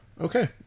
okay